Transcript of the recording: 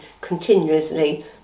continuously